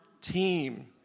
team